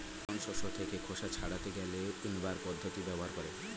জন শস্য থেকে খোসা ছাড়াতে গেলে উইন্নবার পদ্ধতি ব্যবহার করে